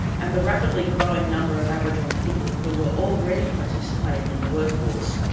and the rapidly growing number of aboriginal people who were already participating in the workforce,